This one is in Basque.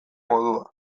modua